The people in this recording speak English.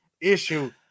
issue